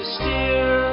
steer